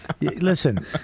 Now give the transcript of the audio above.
Listen